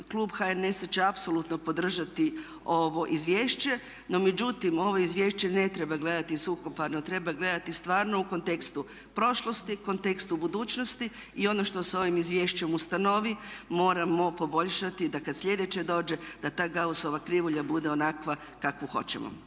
klub HNS-a će apsolutno podržati ovo izvješće. No međutim ovo izvješće ne treba gledati suhoparno, treba gledati stvarno u kontekstu prošlosti, kontekstu budućnosti. I ono što se s ovim izvješćem ustanovi moramo poboljšati da kada sljedeće dođe da ta Gaussova krivulja bude onakva kakvu hoćemo.